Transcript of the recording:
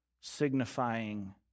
signifying